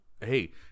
hey